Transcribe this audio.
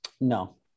No